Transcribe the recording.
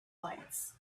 lights